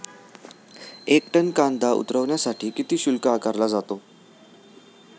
एक टन कांदा उतरवण्यासाठी किती शुल्क आकारला जातो?